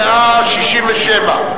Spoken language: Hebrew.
לסעיף 37,